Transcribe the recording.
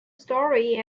story